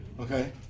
okay